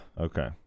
okay